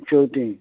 शेंवतीं